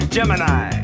Gemini